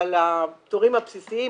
אבל הפטורים הבסיסיים,